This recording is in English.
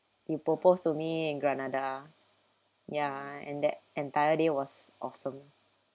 he proposed to me in granada ya and that entire day was awesome